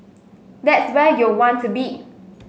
that's where you'll want to be